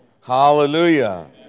Hallelujah